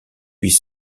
huit